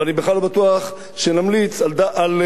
ואני בכלל לא בטוח שנמליץ על נתניהו.